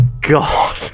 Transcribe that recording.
God